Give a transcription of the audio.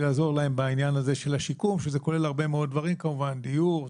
לעזור להם בשיקום שכולל כמובן הרבה מאוד דברים של דיור,